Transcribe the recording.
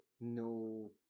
no